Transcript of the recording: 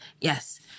Yes